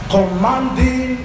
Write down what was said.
Commanding